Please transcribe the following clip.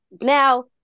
Now